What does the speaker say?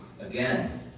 Again